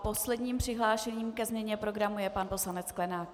Posledním přihlášeným ke změně programu je pan poslanec Sklenák.